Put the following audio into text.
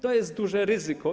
To jest duże ryzyko.